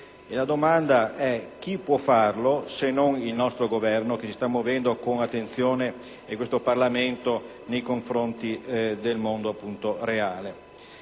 La domanda è: chi può farlo se non il nostro Governo, che si sta muovendo con attenzione nei confronti del mondo reale